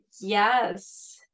Yes